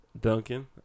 Duncan